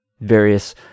various